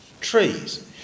trees